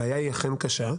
הבעיה היא אכן קשה.